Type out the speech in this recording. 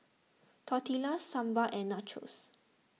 Tortillas Sambar and Nachos